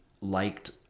liked